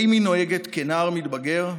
האם היא נוהגת כנער מתבגר,